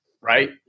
right